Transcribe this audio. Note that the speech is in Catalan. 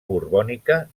borbònica